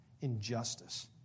injustice